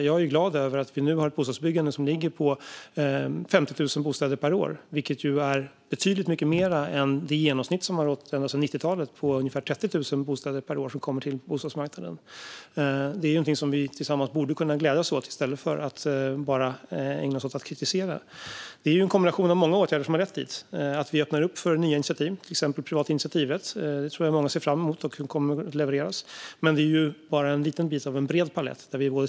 Jag är glad över att vi nu har ett bostadsbyggande som ligger på 50 000 bostäder per år, vilket ju är betydligt mycket mer än det genomsnitt som har rått ända sedan 90-talet på ungefär 30 000 bostäder per år, som kommer till bostadsmarknaden. Det är något som vi tillsammans borde kunna glädjas åt i stället för att bara ägna oss åt att kritisera. Det är en kombination av många åtgärder som har lett dit. Vi öppnar upp för nya initiativ, till exempel privat initiativrätt. Jag tror att många ser fram emot att det kommer att levereras. Men det är bara en liten bit av en bred palett av åtgärder.